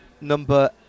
number